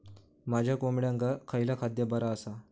माझ्या कोंबड्यांका खयला खाद्य बरा आसा?